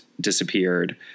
disappeared